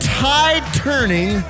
tide-turning